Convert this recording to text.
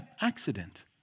accident